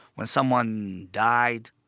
when someone died,